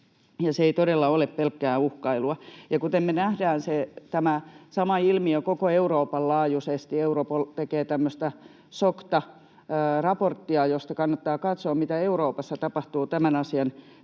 se ei todella ole pelkkää uhkailua. Me nähdään tämä sama ilmiö koko Euroopan laajuisesti. Europol tekee tämmöistä SOCTA-raporttia, josta kannattaa katsoa, mitä Euroopassa tapahtuu tämän asian,